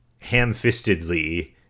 ham-fistedly